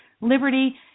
liberty